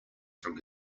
from